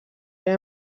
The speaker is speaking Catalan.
era